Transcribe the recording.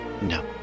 No